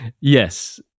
Yes